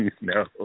no